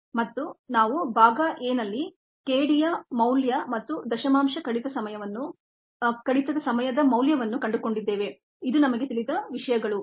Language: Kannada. ಮತ್ತು ನಾವು ಭಾಗ a ನಲ್ಲಿ k d ಯ ಮೌಲ್ಯ ಮತ್ತು ಡೆಸಿಮಲ್ ರಿಡೆಕ್ಷನ್ ಟೈಮ್ ನ ಮೌಲ್ಯವನ್ನು ಕಂಡುಕೊಂಡಿದ್ದೇವೆಇದು ನಮಗೆ ತಿಳಿದ ವಿಷಯಗಳು